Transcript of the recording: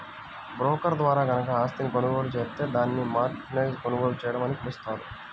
broker ద్వారా గనక ఆస్తిని కొనుగోలు జేత్తే దాన్ని మార్జిన్పై కొనుగోలు చేయడం అని పిలుస్తారు